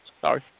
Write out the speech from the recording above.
Sorry